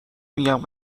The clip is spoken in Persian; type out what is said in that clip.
میگم